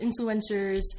influencers